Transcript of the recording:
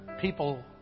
people